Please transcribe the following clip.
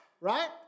right